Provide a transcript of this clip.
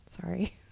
Sorry